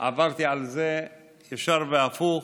עברתי על זה ישר והפוך,